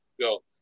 go